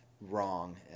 wrong